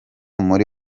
muri